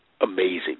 amazing